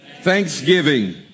thanksgiving